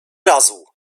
razu